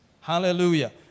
Hallelujah